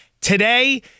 today